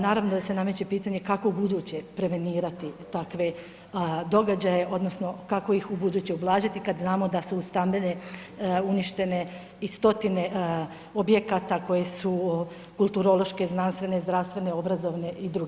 Naravno da se nameće pitanje kako ubuduće prevenirati takve događaje odnosno kako ih ubuduće ublažiti kad znamo da su uz stambene uništene i stotine objekata koje su kulturološke, znanstvene, zdravstvene, obrazovne i drugih institucija?